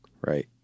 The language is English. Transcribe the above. right